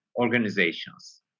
organizations